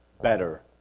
better